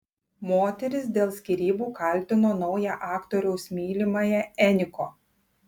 moteris dėl skyrybų kaltino naują aktoriaus mylimąją eniko